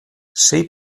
sei